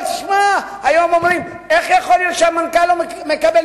היום אומרים: איך יכול להיות שהמנכ"ל מקבל